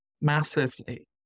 massively